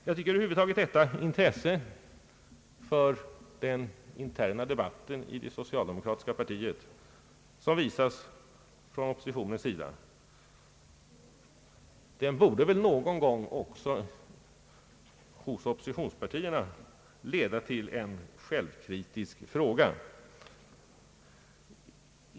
Jag tycker över huvud taget att det intresse för den interna debatten i det socialdemokratiska partiet, som visas från oppositionspartiernas sida, någon gång också hos oppositionspartierna borde leda till en självkritisk fråga.